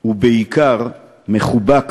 ובעיקר מחובק